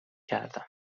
کردم